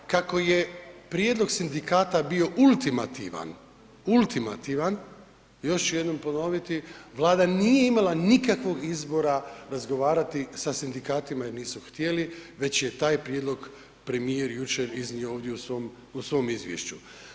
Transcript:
Kako je prijedlog sindikata bio ultimativan, ultimativan, još ću jednom ponoviti, Vlada nije imala nikakvog izbora razgovarati sa sindikatima jer nisu htjeli već je taj prijedlog premijer jučer iznio ovdje u svom izvješću.